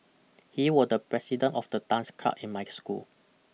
he was the president of the dance club in my school